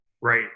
Right